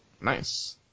Nice